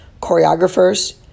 choreographers